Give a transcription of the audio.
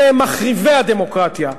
אלה הם מחריבי הדמוקרטיה.